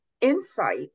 insight